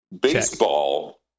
Baseball